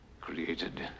created